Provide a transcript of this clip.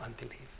unbelief